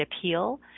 appeal